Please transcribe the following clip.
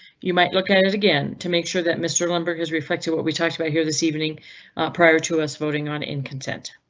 you might look at it again to make sure that mr lumber has reflected what we talked about here this evening prior to us voting on in content.